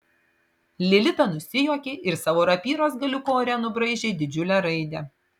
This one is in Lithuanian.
lilita nusijuokė ir savo rapyros galiuku ore nubraižė didžiulę raidę